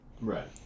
Right